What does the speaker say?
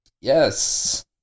Yes